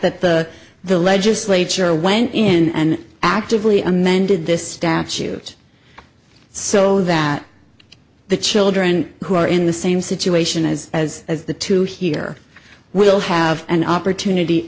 that the the legislature went in and actively amended this statute so that the children who are in the same situation as as as the two here will have an opportunity